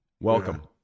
Welcome